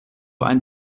ein